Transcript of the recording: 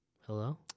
Hello